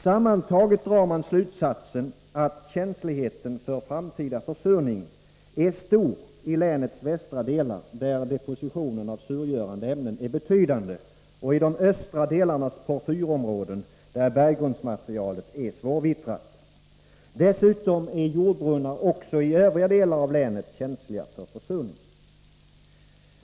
Sammantaget drar man slutsatsen, att känsligheten för framtida försurningar är stor i länets västra delar, där depositionen av surgörande ämnen är betydande, och i de östra delarnas porfyrområden, där bergrundsmaterialet är svårvittrat. Dessutom är jordbrunnar också i övriga delar av länet känsliga för försurning.